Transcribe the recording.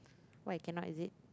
why cannot is it